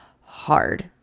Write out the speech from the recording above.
hard